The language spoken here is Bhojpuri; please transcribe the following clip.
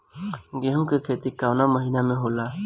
गेहूँ के खेती कवना महीना में होला?